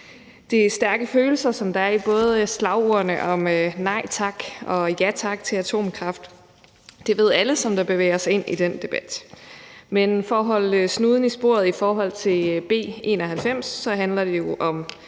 er stærke følelser, som der er i både slagordene om nej tak og ja tak til atomkraft – det ved alle, der bevæger sig ind i den debat – men for at holde snuden i sporet i forhold til B 91 så handler det jo om